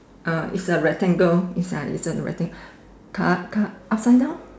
uh it's a rectangle inside it's a rectangle car car upside down